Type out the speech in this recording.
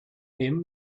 him